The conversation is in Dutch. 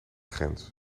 grens